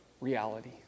reality